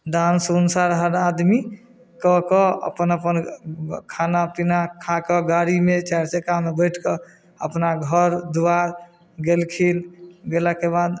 dance उन्स आर हर आदमी कऽ कऽ अपन अपन खाना पीना खा कऽ गाड़ीमे चारि चक्कामे बैठ कऽ अपना घर दुवार गेलखिन गेलाके बाद